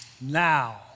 now